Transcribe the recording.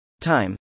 Time